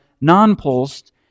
non-pulsed